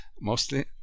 Mostly